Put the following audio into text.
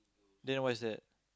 then what is that